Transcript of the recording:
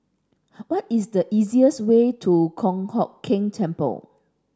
what is the easiest way to Kong Hock Keng Temple